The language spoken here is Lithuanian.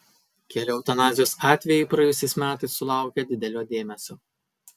keli eutanazijos atvejai praėjusiais metais sulaukė didelio dėmesio